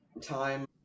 time